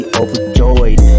overjoyed